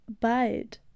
bald